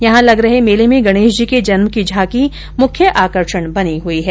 यहां लग रहे मेले में गणेश जी के जन्म की झांकी मुख्य आकर्षण बनी हुई है